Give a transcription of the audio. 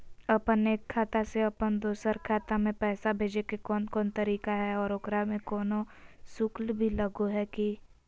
अपन एक खाता से अपन दोसर खाता में पैसा भेजे के कौन कौन तरीका है और ओकरा में कोनो शुक्ल भी लगो है की?